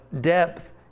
depth